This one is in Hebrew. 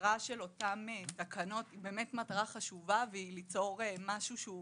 המטרה של אותן תקנות היא מטרה חשובה ליצור משהו שהוא